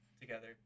together